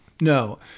No